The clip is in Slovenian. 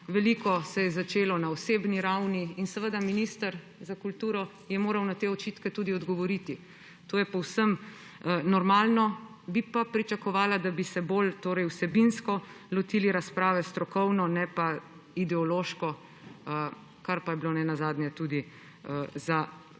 Veliko se je začelo na osebni ravni in seveda minister za kulturo je moral na te očitke tudi odgovoriti. To je povsem normalno, bi pa pričakovala, da bi se bolj vsebinsko lotili razprave, strokovno, ne pa ideološko, kar pa je bilo nenazadnje tudi za